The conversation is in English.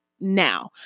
now